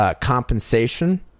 compensation